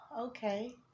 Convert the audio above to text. okay